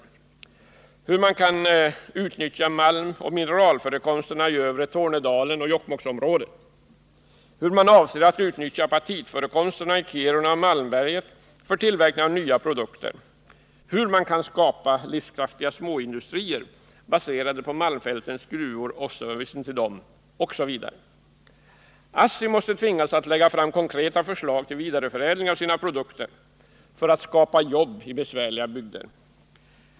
Företaget får också redovisa hur man kan utnyttja malmoch mineralförekomsterna i övre Tornedalen och Jokkmokksområdet, hur man avser att utnyttja apatitförekomsterna i Kiruna och Malmberget för tillverkning av nya produkter, hur man skall skapa livskraftiga småindustrier baserade på Malmfältens gruvor och servicen till dem, osv. ASSI måste tvingas att lägga fram konkreta förslag till vidareförädling av sina produkter, för att skapa jobb i besvärliga bygder.